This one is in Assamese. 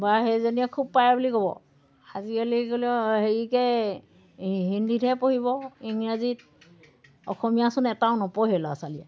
বা সেইজনীয়ে খুব পাৰে বুলি ক'ব আজিকালি গ'লেও হেৰিকে হিন্দীতহে পঢ়িব ইংৰাজীত অসমীয়া চোন এটাও নপঢ়ে ল'ৰা ছোৱালীয়ে